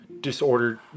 disorder